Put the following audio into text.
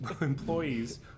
employees